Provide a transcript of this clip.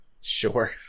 Sure